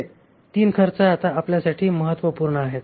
हे 3 खर्च आता आपल्यासाठी महत्त्वपूर्ण आहेत